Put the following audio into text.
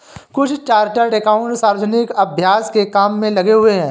कुछ chartered accountant सार्वजनिक अभ्यास के काम में लगे हुए हैं